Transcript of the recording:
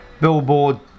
Billboard